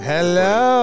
Hello